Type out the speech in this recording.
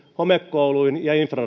homekouluihin ja infran